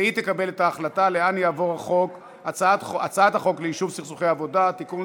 והיא תקבל את ההחלטה לאן תעבור הצעת חוק יישוב סכסוכי עבודה (תיקון,